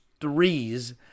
threes